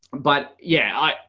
but yeah,